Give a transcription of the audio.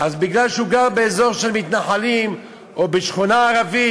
זה מפני שהוא גר באזור של מתנחלים או בשכונה ערבית,